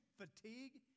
fatigue